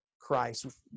Christ